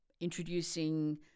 introducing